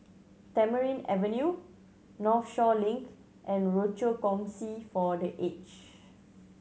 Tamarind Avenue Northshore Link and Rochor Kongsi for The Age